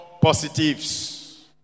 positives